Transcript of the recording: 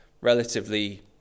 relatively